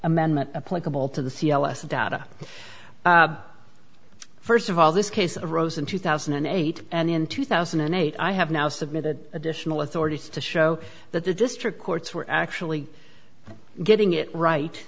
amendment appoint a bill to the c l s data first of all this case arose in two thousand and eight and in two thousand and eight i have now submitted additional authorities to show that the district courts were actually getting it right